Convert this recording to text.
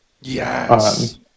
yes